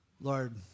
Lord